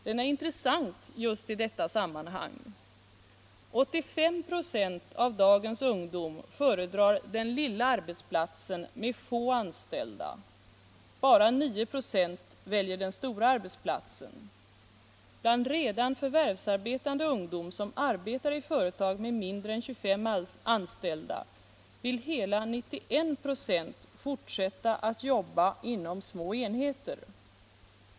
Den är intressant just i detta sammanhang. 85 ",» av dagens ungdom föredrar den lilla arbetsplatsen med få anställda. Bara 9 ”. väljer den stora arbetsplatsen. Bland redan förvärvsarbetande ungdom som arbetar i företag med mindre än 25 anställda vill hela 9 ?6 fortsätta att jobba inom små enheter.